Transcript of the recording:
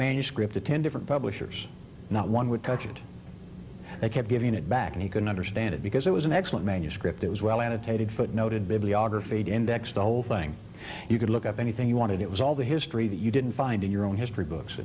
manuscript to ten different publishers not one would touch it and kept giving it back and he couldn't understand it because it was an excellent manuscript it was well annotated footnoted bibliography index the whole thing you could look up anything you wanted it was all the history that you didn't find in your own history books